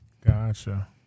Gotcha